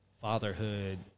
fatherhood